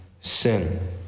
sin